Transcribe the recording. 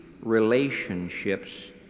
relationships